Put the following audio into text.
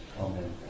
Amen